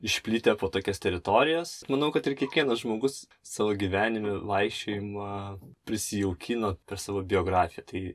išplitę po tokias teritorijas manau kad ir kiekvienas žmogus savo gyvenime vaikščiojimą prisijaukino savo biografija tai